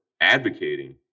advocating